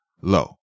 low